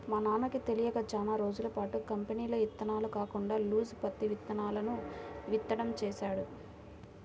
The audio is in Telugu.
మా నాన్నకి తెలియక చానా రోజులపాటు కంపెనీల ఇత్తనాలు కాకుండా లూజు పత్తి ఇత్తనాలను విత్తడం చేశాడు